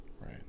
right